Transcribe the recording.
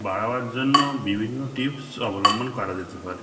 বাড়াবার জন্য বিভিন্ন টিপস অবলম্বন করা যেতে পারে